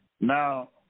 Now